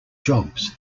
jobs